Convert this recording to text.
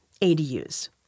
ADUs